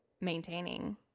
maintaining